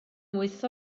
wyth